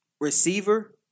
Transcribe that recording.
receiver –